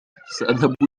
سأذهب